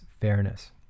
fairness